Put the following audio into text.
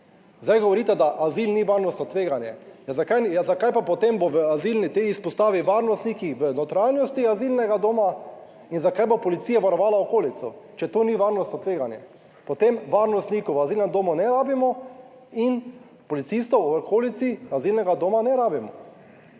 Zdaj govorite, da azil ni varnostno tveganje. Ja, zakaj ja, zakaj pa potem bo v azilni, tej izpostavi varnostniki v notranjosti azilnega doma in zakaj bo policija varovala okolico, Če to ni varnostno tveganje, potem varnostnikov v azilnem domu ne rabimo in policistov v okolici azilnega doma ne rabimo.